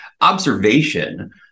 observation